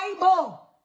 Bible